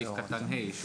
בסעיף קטן (ה).